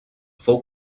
fou